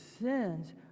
sins